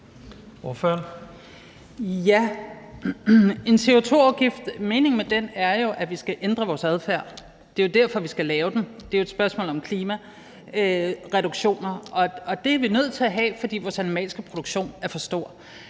en CO2-afgift er jo, at vi skal ændre vores adfærd. Det er jo derfor, vi skal lave den. Det er et spørgsmål om klimareduktioner, og det er vi nødt til at have, fordi vores animalske produktion er for stor.